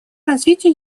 развития